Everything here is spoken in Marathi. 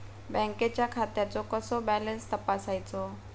बँकेच्या खात्याचो कसो बॅलन्स तपासायचो?